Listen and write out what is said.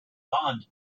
bond